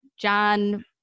John